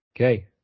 Okay